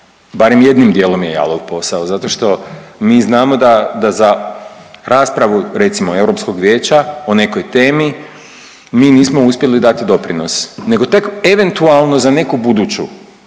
barem jednim dijelom je jalov posao zato što mi znamo da za raspravu recimo Europskog vijeća o nekoj temi mi nismo uspjeli dati doprinos nego tek eventualno za neku buduću